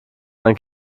mein